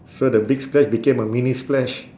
so the big splash became a mini splash